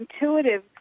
intuitive